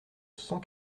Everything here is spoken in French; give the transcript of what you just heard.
cent